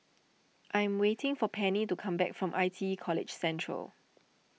I'm waiting for Penny to come back from I T E College Central